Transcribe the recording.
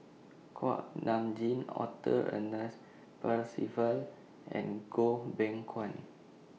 Kuak Nam Jin Arthur Ernest Percival and Goh Beng Kwan